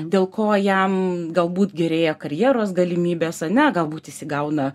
dėl ko jam galbūt gerėja karjeros galimybės ane galbūt jis įsigauna